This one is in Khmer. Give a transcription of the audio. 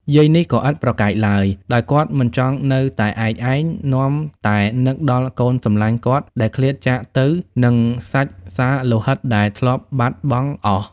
យាយនេះក៏ឥតប្រកែកឡើយ ដោយគាត់មិនចង់នៅតែឯកឯង នាំតែនឹកដល់កូនសំឡាញ់គាត់ដែលឃ្លាតចាកទៅ និងសាច់សាលោហិតដែលធ្លាប់បាត់បង់អស់ ។